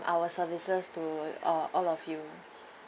our services to all all of you